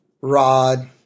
Rod